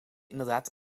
inderdaad